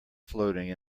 floating